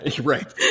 right